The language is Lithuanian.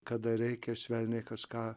kada reikia švelniai kažką